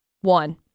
one